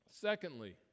Secondly